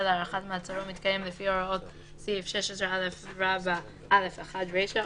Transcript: להארכת מעצרו מתקיים לפי הוראות סעיף 16א(א)(1) רישה,